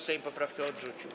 Sejm poprawkę odrzucił.